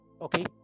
Okay